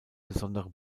besondere